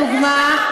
לדוגמה,